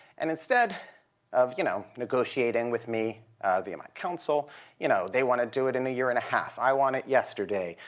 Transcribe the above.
and instead of you know negotiating with me via my counsel you know, they want to do it in a year and a half. i want it yesterday.